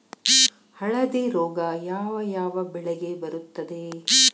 ಹಳದಿ ರೋಗ ಯಾವ ಯಾವ ಬೆಳೆಗೆ ಬರುತ್ತದೆ?